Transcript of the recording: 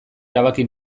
erabaki